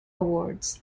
awards